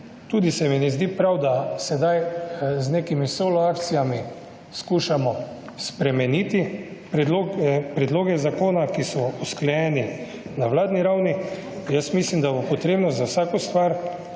Tudi se mi ne zdi prav, da sedaj z nekimi solo akcijami skušamo spremeniti predloge zakona, ki so usklajeni na vladni ravni. Jaz mislim, da bo potrebno za vsako stvar